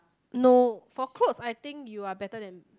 no for clothes I think you are better than